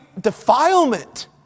defilement